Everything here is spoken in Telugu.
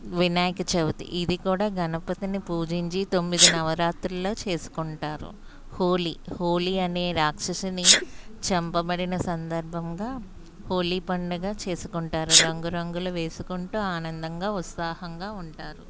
వినాయకచవితి ఇది కూడా గణపతిని పూజించి తొమ్మిది నవరాత్రులలో చేసుకుంటారు హోలీ హోలీ అనే రాక్షసుని చంపబడిన సందర్భంగా హోలీ పండుగ చేసుకుంటారు రంగురంగులు వేసుకుంటు ఆనందంగా ఉత్సాహంగా ఉంటారు